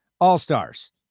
All-Stars